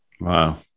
Wow